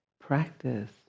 practice